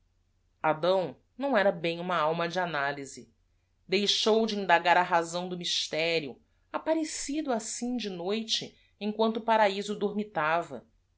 dão não era bem uma alma de anaiyse e i x o u de indagar a razão do mysterio apparecido assim de noite emquanto o araíso d